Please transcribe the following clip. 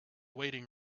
waiting